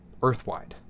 earthwide